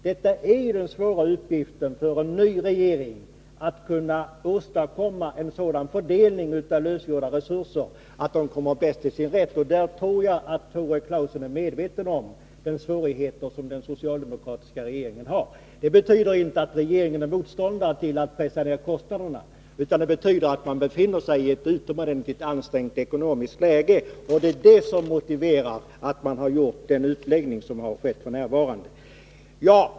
Det är en svår uppgift för en ny regering att kunna åstadkomma en sådan fördelning av lösgjorda resurser att de kommer bäst till sin rätt. Jag tror att Tore Claeson är medveten om de svårigheter som den socialdemokratiska regeringen har. Det betyder inte att regeringen är motståndare till att pressa ner kostnaderna, utan det betyder att man befinner sig i ett utomordentligt ansträngt ekonomiskt läge. Det är motiveringen till den utläggning som nu gjorts.